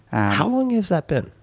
how long has that been?